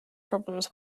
problems